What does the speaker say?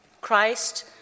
Christ